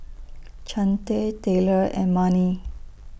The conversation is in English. Chante Taylor and Marni